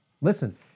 Listen